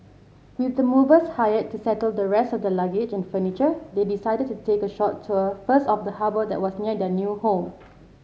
with the movers hired to settle the rest of their luggage and furniture they decided to take a short tour first of the harbour that was near their new home